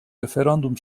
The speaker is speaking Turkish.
referandum